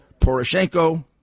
Poroshenko